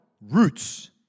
roots